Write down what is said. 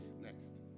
Next